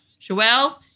Joelle